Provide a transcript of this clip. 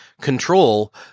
control